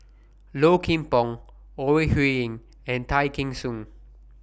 Low Kim Pong Ore Huiying and Tay Kheng Soon